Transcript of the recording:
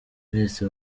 mwese